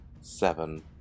seven